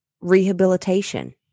rehabilitation